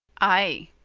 i,